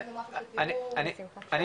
אם יש משהו --- אני מציע